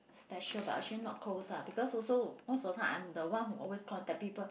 special but actually not close ah because also most of the time I'm the one who always contact people